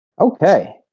Okay